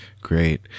Great